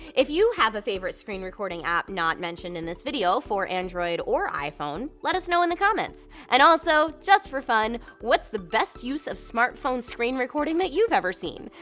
if you have a favorite screen recording app not mentioned in this video, for android or iphone, let us know in the comments. and also, just for fun, what's the best use of smartphone screen recording you've ever seen?